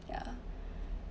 yeah